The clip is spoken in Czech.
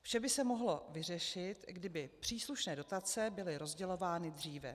Vše by se mohlo vyřešit, kdyby příslušné dotace byly rozdělovány dříve.